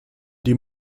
die